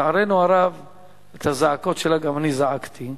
לצערנו הרב את הזעקות שלה גם אני זעקתי.